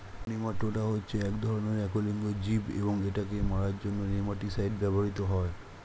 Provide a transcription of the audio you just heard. nematoda হচ্ছে এক ধরণের এক লিঙ্গ জীব এবং এটাকে মারার জন্য নেমাটিসাইড ব্যবহৃত হয়